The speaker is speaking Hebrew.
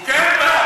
הוא כן בא.